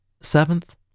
Seventh